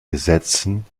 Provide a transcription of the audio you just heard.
gesetzen